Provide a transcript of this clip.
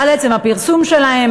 על עצם הפרסום שלהם,